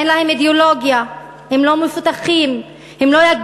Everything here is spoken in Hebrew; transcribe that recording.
אין להם אידיאולוגיה, הם לא מפותחים, הם לא יגיבו.